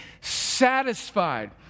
satisfied